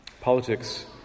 Politics